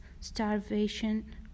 starvation